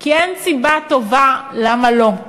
כי אין סיבה טובה למה לא,